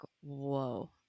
whoa